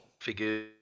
Figure